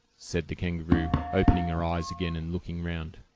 said the kangaroo, opening her eyes again and looking round.